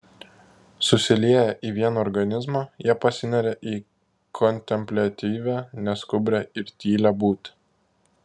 susilieję į vieną organizmą jie pasineria į kontempliatyvią neskubrią ir tylią būtį